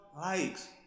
likes